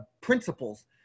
principles